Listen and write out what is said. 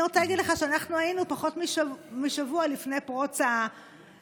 אני רוצה להגיד לך שפחות משבוע לפני פרוץ הפרעות